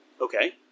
Okay